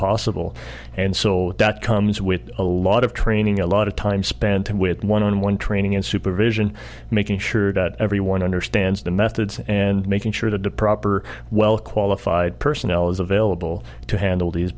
possible and so that comes with a lot of training a lot of time spent with one on one training and supervision making sure that everyone understands the methods and making sure to deprive well qualified personnel is available to handle these